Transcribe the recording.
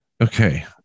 Okay